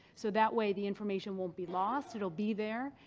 so that way the information won't be lost. it will be there,